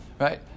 right